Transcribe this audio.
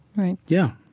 right? yeah.